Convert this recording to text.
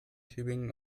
tübingen